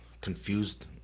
confused